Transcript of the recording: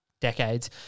decades